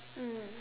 mm